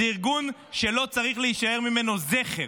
זה ארגון שלא צריך להישאר ממנו זכר,